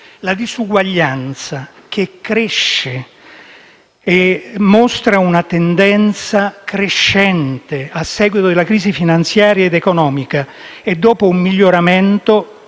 la disuguaglianza cresce e mostra una tendenza crescente a seguito della crisi finanziaria ed economica e, dopo un miglioramento